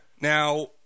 now